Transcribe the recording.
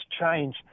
change